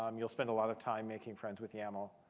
um you'll spend a lot of time making friends with yaml.